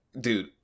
dude